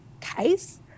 case